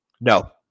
No